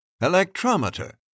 Electrometer